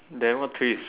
never twist